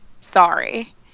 Sorry